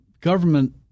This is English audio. government